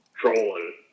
trolling